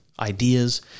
Ideas